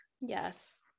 yes